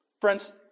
Friends